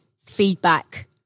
feedback